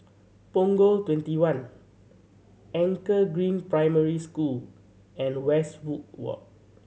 Punggol Twenty one Anchor Green Primary School and Westwood Walk